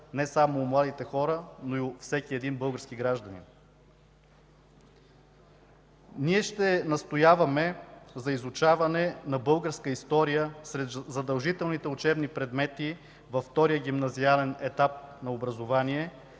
не само у младите хора, но и у всеки един български гражданин. Ние ще настояваме за изучаване на българска история сред задължителните учебни предмети във втория гимназиален етап на образование